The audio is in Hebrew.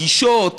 הגישות,